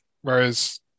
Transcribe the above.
Whereas